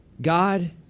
God